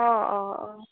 অঁ অঁ অঁ